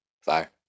fire